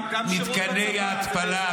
גם שירות בצבא --- לגבי מתקני ההתפלה,